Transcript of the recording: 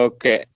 Okay